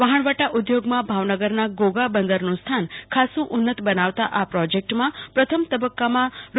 વહાણવટા ઉદ્યોગમાં ભાવનગર ના ઘોઘા બંદરનું સ્થાન ખાસ્સું ઉન્નત બનાવતા આ પ્રોજેકટમાં પ્રથમ તબક્કામાં રૂ